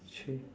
chi~